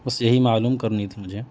بس یہی معلوم کرنی تھی مجھے